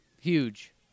Huge